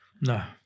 No